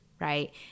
right